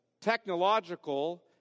technological